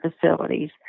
facilities